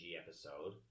episode